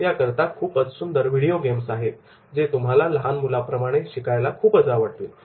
याकरता खूपच सुंदर व्हिडिओ गेम्स आहेत जे तुम्हाला लहान मुलाप्रमाणे शिकायला खूपच आवडतील